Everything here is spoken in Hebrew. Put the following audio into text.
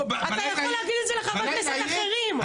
אתה יכול להגיד את זה לחברי כנסת אחרים.